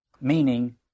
meaning